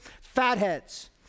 Fatheads